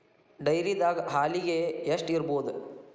ಡೈರಿದಾಗ ಹಾಲಿಗೆ ಎಷ್ಟು ಇರ್ಬೋದ್?